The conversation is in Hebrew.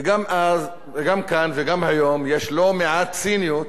וגם כאן וגם היום יש לא מעט ציניות